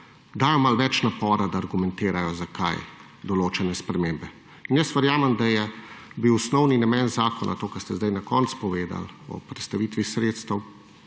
dajo malo več napora, da argumentirajo, zakaj določene spremembe. Jaz verjamem, da je bil osnovni namen zakona, to, kar ste sedaj na koncu povedali, o prestavitvi sredstev,